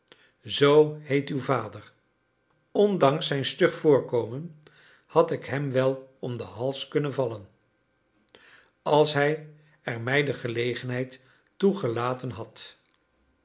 zoo heet uw vader ondanks zijn stug voorkomen had ik hem wel om den hals kunnen vallen als hij er mij de gelegenheid toe gelaten had